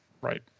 Right